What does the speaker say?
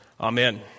Amen